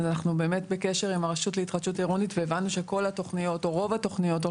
אנחנו באמת בקשר עם הרשות להתחדשות עירונית והבנו שרוב התוכניות,